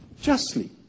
justly